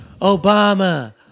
Obama